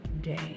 day